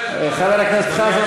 חבר הכנסת חזן,